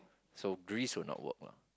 so grease will not work lah